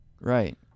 right